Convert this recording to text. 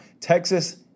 Texas